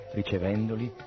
ricevendoli